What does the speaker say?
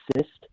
assist